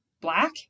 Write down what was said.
Black